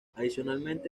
adicionalmente